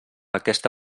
aquesta